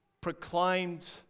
proclaimed